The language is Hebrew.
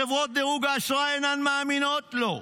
חברות דירוג האשראי אינן מאמינות לו.